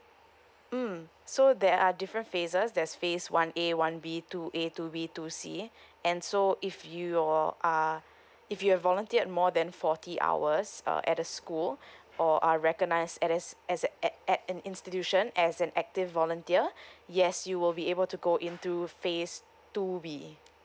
mm so there are different phases there's phase one A one B two A two B two C and so if you all are if you have volunteered more than forty hours uh at the school or are recognised at as as at at in~ institution as an active volunteer yes you will be able to go in through phase two B